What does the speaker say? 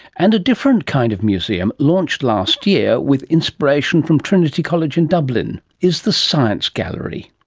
and a different kind of museum launched last year with inspiration from trinity college in dublin is the science gallery,